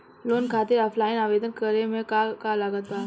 Loan खातिर offline आवेदन करे म का का लागत बा?